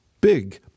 big